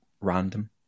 random